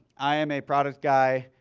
i am a product guy.